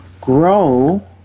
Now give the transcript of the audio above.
grow